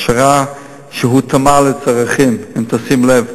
הכשרה שהותאמה לצרכים, אם תשים לב.